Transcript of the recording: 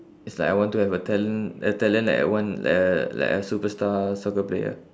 it's like I want to have a talent a talent like I want like uh like a superstar soccer player